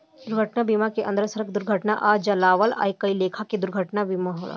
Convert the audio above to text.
दुर्घटना बीमा के अंदर सड़क दुर्घटना आ जलावल आ कई लेखा के दुर्घटना के बीमा होला